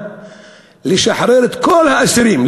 לשחרר את כל האסירים,